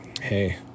hey